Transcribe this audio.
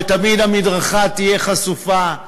ותמיד המדרכה תהיה חשופה,